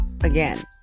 again